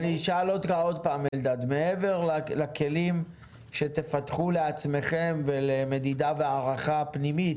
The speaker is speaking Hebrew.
אשאל אותך עוד פעם: מעבר לכלים שתפתחו לעצמכם ולמדידה והערכה פנימית,